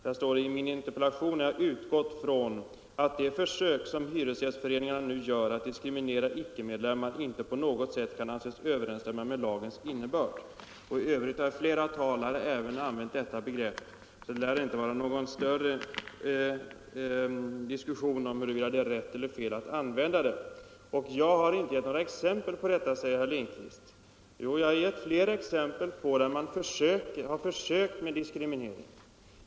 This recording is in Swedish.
Där står: ”I min interpellation har jag dock utgått från att de försök som hytföreningarna nu gör att diskriminera icke-medlemmar inte på nå resg got sätt kan anses överensstämma med lagens innebörd.” F. ö. har flera andra talare använt detta begrepp, så det lär inte vara någon större diskussion om huruvida vi har rätt att använda det. Jag har inte gett några exempel på detta, säger herr Lindkvist. Jag har gett flera exempel på fall där man har försökt med diskriminering.